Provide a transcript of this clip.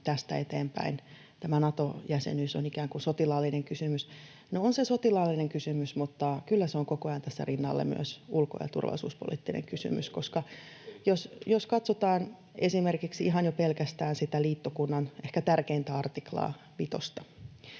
tästä eteenpäin tämä Nato-jäsenyys on ikään kuin sotilaallinen kysymys. No, on se sotilaallinen kysymys, mutta kyllä se on koko ajan tässä rinnalla myös ulko- ja turvallisuuspoliittinen kysymys. Jos katsotaan esimerkiksi ihan jo pelkästään sitä liittokunnan ehkä tärkeintä artiklaa,